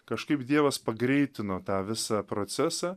kažkaip dievas pagreitino tą visą procesą